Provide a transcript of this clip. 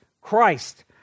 Christ